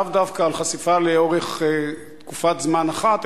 לאו דווקא על חשיפה לאורך תקופת זמן אחת,